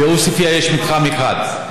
בעוספייא יש מתחם אחד,